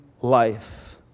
life